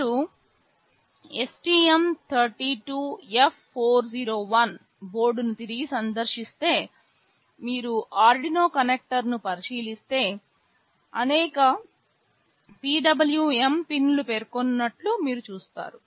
మీరు STM32F401 బోర్డ్ను తిరిగి సందర్శిస్తే మీరు ఆర్డునో కనెక్టర్ను పరిశీలిస్తే అనేక PWM పిన్లు పేర్కొన్నట్లు మీరు చూస్తారు